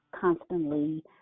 constantly